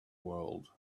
world